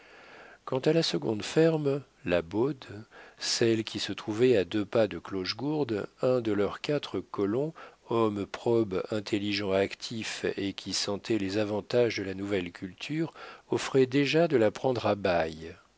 quant à la seconde ferme la baude celle qui se trouvait à deux pas de clochegourde un de leurs quatre colons homme probe intelligent actif et qui sentait les avantages de la nouvelle culture offrait déjà de la prendre à bail